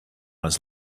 this